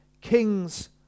kings